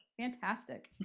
Fantastic